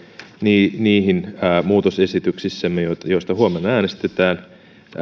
käy onnistuneitten kuntakokeilujen niihin muutosesityksissämme joista joista huomenna äänestetään